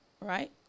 right